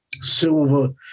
silver